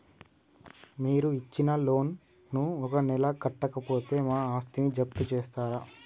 మీరు ఇచ్చిన లోన్ ను ఒక నెల కట్టకపోతే మా ఆస్తిని జప్తు చేస్తరా?